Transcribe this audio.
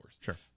Sure